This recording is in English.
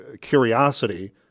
curiosity